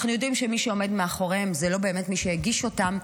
אנחנו יודעים שמי שעומד מאחוריהן זה לא באמת מי שהגיש אותם,